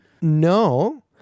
no